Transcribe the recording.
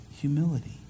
humility